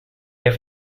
have